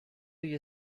you